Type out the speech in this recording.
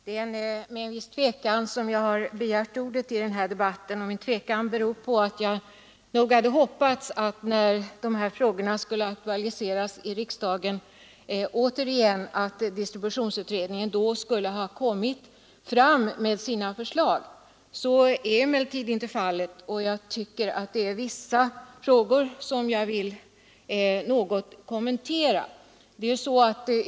Herr talman! Det är med tvekan som jag begärt ordet i denna debatt. Min tvekan beror på att jag hade hoppats att distributionsutredningen skulle ha kommit fram med sina förslag när frågan om stormarknaderna återigen skulle behandlas i riksdagen. Så är ju inte fallet, men det är vissa saker som jag ändå vill kommentera.